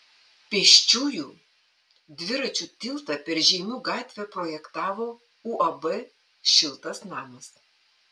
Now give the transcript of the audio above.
pėsčiųjų dviračių tiltą per žeimių gatvę projektavo uab šiltas namas